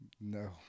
No